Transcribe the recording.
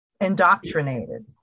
indoctrinated